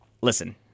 Listen